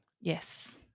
Yes